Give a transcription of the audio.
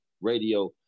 radio